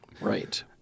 Right